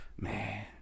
Man